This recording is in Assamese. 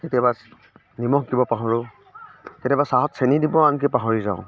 কেতিয়াবা নিমখ দিব পাহৰোঁ কেতিয়াবা চাহত চেনী দিবও আনকি পাহৰি যাওঁ